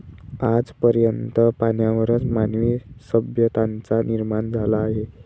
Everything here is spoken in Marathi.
आज पर्यंत पाण्यावरच मानवी सभ्यतांचा निर्माण झाला आहे